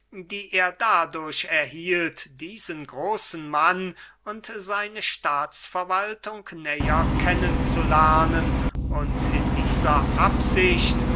die er dadurch erhielt diesen großen mann und seine staatsverwaltung näher kennen zu lernen und in dieser absicht